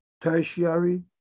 tertiary